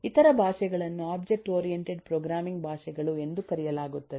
ಇತರ ಭಾಷೆಗಳನ್ನು object oriented programming ಭಾಷೆಗಳು ಎಂದು ಕರೆಯಲಾಗುತ್ತದೆ